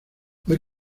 fue